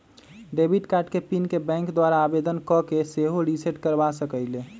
debit card के PIN के bank द्वारा आवेदन कऽ के सेहो रिसेट करबा सकइले